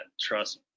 trust